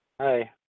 Hi